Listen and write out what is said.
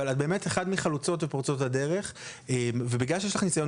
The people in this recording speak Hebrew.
אבל את באמת אחד מחלוצות או פורצות הדרך ובגלל שיש לך ניסיון